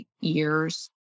years